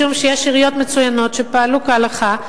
משום שיש עיריות מצוינות שפעלו כהלכה,